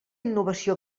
innovació